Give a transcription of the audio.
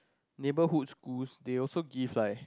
neighbourhood schools they also give like